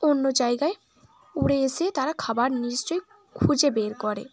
অন্য জায়গায় উড়ে এসে তারা খাবার নিশ্চয়ই খুঁজে বের করে